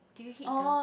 did you hit the